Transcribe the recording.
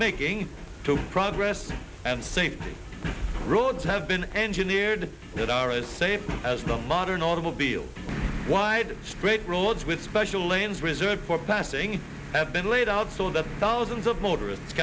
making to progress and safety roads have been engineered that are as safe as the modern automobile wide straight roads with special lanes reserved for passing have been laid out so that